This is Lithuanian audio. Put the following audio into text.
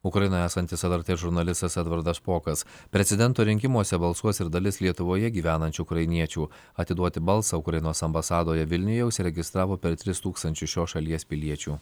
ukrainoje esantis lrt žurnalistas edvardas špokas prezidento rinkimuose balsuos ir dalis lietuvoje gyvenančių ukrainiečių atiduoti balsą ukrainos ambasadoje vilniuje užsiregistravo per tris tūkstančius šios šalies piliečių